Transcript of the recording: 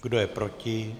Kdo je proti?